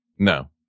No